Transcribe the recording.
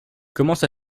commence